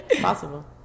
Possible